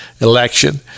election